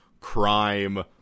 crime